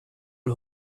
who